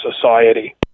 society